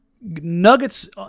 Nuggets